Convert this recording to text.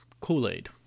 Kool-Aid